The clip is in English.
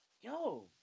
Yo